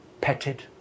petted